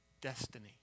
destiny